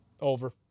over